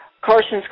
Carson's